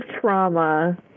trauma